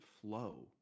flow